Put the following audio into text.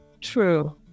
true